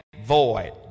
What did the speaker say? void